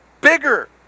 bigger